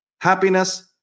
happiness